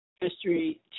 History